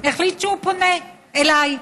החליט שהוא פונה אליי.